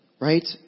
right